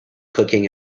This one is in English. cooking